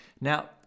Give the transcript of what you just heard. Now